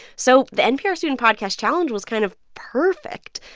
so the npr student podcast challenge was kind of perfect.